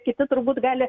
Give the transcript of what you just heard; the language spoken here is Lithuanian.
kiti turbūt gali